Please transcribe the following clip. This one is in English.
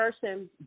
person